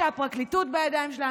שהפרקליטות בידיים שלה,